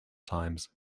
times